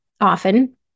often